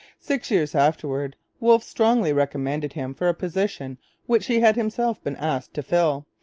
six years afterwards wolfe strongly recommended him for a position which he had himself been asked to fill,